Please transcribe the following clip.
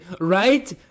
right